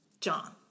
John